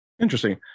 Interesting